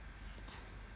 ya lah